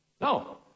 No